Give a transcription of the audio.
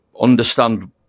understand